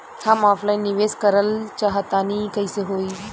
हम ऑफलाइन निवेस करलऽ चाह तनि कइसे होई?